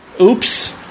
Oops